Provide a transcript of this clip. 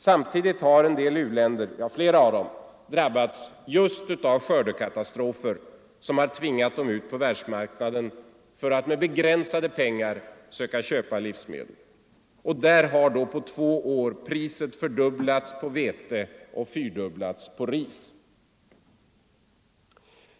Samtidigt har en del u-länder — ja, flera av dem — drabbats av skördekatastrofer som tvingat dem ut på världsmarknaden för att med begränsade pengar söka köpa livsmedel. Där har på två år priset fördubblats på vete och fyrdubblats på ris.